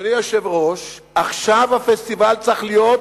אדוני היושב-ראש, עכשיו הפסטיבל צריך להיות